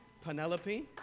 Penelope